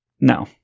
No